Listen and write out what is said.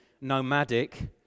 nomadic